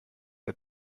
der